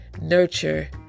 nurture